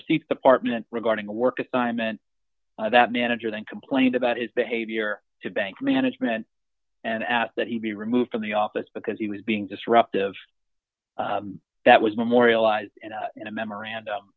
receipt department regarding a work assignment that manager then complained about his behavior to bank management and asked that he be removed from the office because he was being disruptive that was memorialized in a memorandum